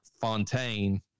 Fontaine